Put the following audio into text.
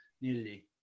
nearly